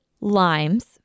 limes